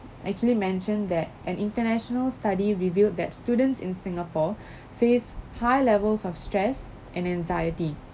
actually mentioned that an international study revealed that students in singapore face high levels of stress and anxiety